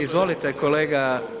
Izvolite kolega…